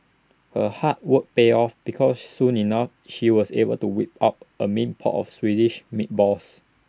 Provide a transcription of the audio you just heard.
her hard work paid off because soon enough she was able to whip up A mean pot of Swedish meatballs